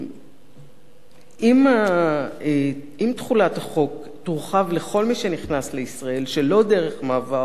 אם תחולת החוק תורחב לכל מי שנכנס לישראל שלא דרך מעבר הגבול,